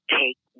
take